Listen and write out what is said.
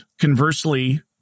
conversely